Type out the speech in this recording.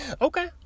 Okay